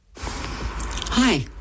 Hi